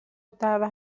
الدعوه